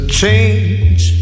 change